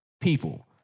people